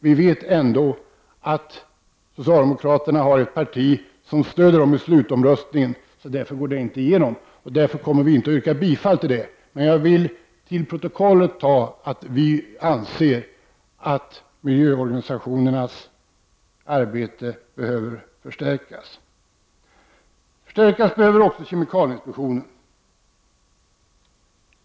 Vi vet att socialdemokraterna får stöd vid slutomröstningen. Därför antas inte vårt förslag, varför vi inte heller yrkar bifall till det. Till protokollet vill jag emellertid säga att vi anser att miljöorganisationernas arbete behöver en förstärkning. Även kemikalieinspektionen behöver förstärkas.